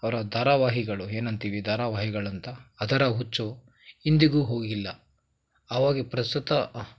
ಅವರ ಧಾರಾವಾಹಿಗಳು ಏನಂತೀವಿ ಧಾರಾವಾಹಿಗಳಂತ ಅದರ ಹುಚ್ಚು ಇಂದಿಗೂ ಹೋಗಿಲ್ಲ ಅವಾಗಿ ಪ್ರಸ್ತುತ